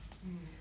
mm